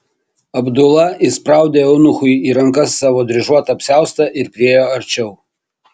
abdula įspraudė eunuchui į rankas savo dryžuotą apsiaustą ir priėjo arčiau